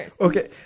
Okay